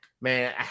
man